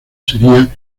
sería